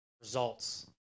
results